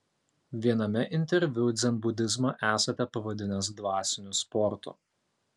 viename interviu dzenbudizmą esate pavadinęs dvasiniu sportu